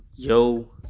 Yo